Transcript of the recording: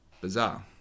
Bizarre